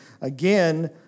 again